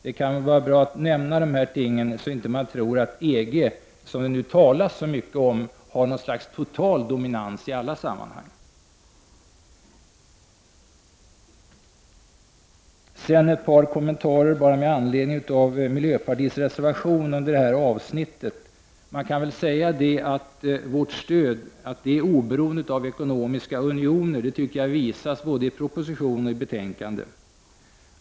Det kan vara bra att nämna detta, så att man inte tror att EG, som det nu talas så mycket om, har något slags total dominans i alla sammanhang, Sedan ett par kommentarer med anledning av miljöpartiets reservation under detta avsnitt. Man kan väl säga att vårt stöd är oberoende av ekonomiska unioner. Det tycker jag visas både i proposition och i betänkande.